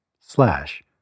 slash